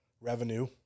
revenue